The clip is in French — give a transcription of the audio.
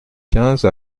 quinze